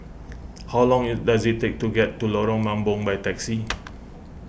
how long it does it take to get to Lorong Mambong by taxi